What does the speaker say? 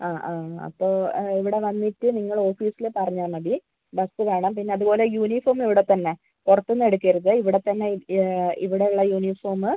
ആ ആ അപ്പോൾ ഇവിടെ വന്നിട്ട് നിങ്ങൾ ഓഫീസിൽ പറഞ്ഞാൽ മതി ബസ് വേണം പിന്നെ അതുപോലെ യൂണിഫോം ഇവിടെത്തന്നെ പുറത്തുനിന്ന് എടുക്കരുത് ഇവിടെത്തന്നെ ഇവിടെ ഉള്ള യൂണിഫോം